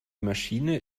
maschine